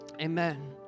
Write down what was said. amen